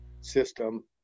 system